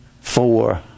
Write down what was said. Four